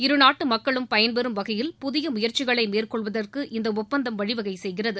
இருநாட்டு மக்களும் பயன்பெறும் வகையில் புதிய முயற்சிகளை மேற்கொள்வதற்கு இந்த ஒப்பந்தம் வழிவகை செய்கிறது